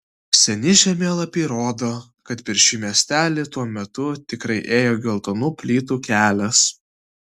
seni žemėlapiai rodo kad per šį miestelį tuo metu tikrai ėjo geltonų plytų kelias